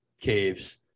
caves